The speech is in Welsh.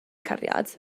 cariad